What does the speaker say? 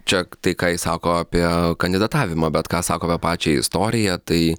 čia tai ką jis sako apie kandidatavimą bet ką sako apie pačią istoriją tai